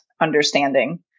understanding